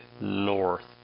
north